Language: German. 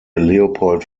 leopold